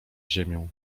ziemię